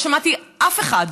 לא שמעתי אף אחד,